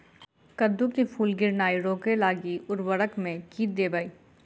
कद्दू मे फूल गिरनाय रोकय लागि उर्वरक मे की देबै?